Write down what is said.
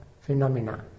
phenomena